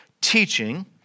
teaching